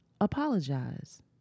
apologize